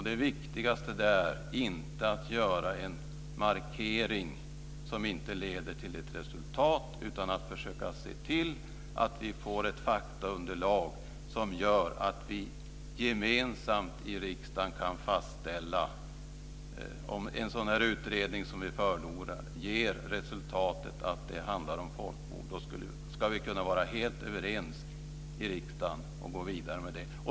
Det viktigaste är inte att göra en markering som inte leder till ett resultat, utan det är att försöka att se till att vi får ett faktaunderlag som gör att vi gemensamt i riksdagen kan fastställa om en sådan utredning som vi förordar handlar om folkmord. Då ska vi kunna vara helt överens i riksdagen och gå vidare med det.